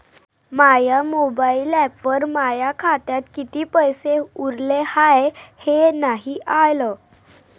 माया mobile ॲपवर माया खात्यात किती पैसे उरले हाय हे नाही आलं